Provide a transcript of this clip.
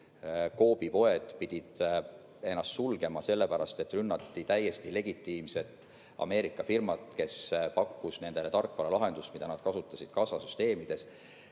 Coopi poed pidid ennast sulgema, sellepärast et rünnati täiesti legitiimset Ameerika firmat, kes pakkus neile tarkvaralahendust, mida nad kasutasid kassasüsteemides.